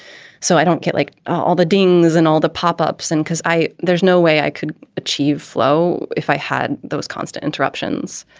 so i don't get like all the dings and all the pop ups and because i there's no way i could achieve flow if i had those constant interruptions.